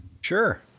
Sure